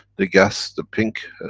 the gas, the pink,